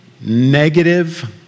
negative